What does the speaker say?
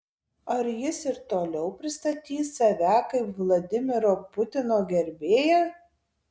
ar jis ir toliau pristatys save kaip vladimiro putino gerbėją